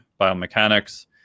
Biomechanics